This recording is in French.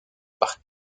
par